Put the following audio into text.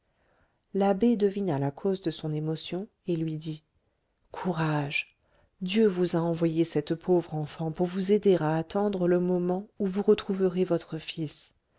l'abbé devina la cause de son émotion et lui dit courage dieu vous a envoyé cette pauvre enfant pour vous aider à attendre le moment où vous retrouverez votre fils